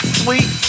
sweet